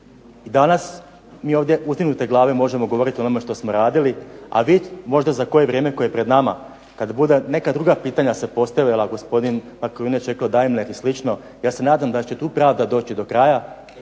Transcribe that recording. I danas, mi ovdje uzdignute glave možemo govoriti o onome što smo radili, a vi možda za koje vrijeme koje je pred nama, kad budu neka druga pitanja se postavili, a gospodin Markovinović je rekao DAIMLER i slično, ja se nadam da će tu pravda doći do kraja